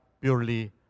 purely